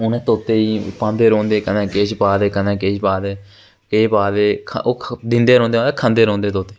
उनें तोते गी पांदे रौंह्दे कदें किश पादे कदें किश पा दे एह् पा दे दिंदे रौंह्दे ते खंदे रौंह्दे तोते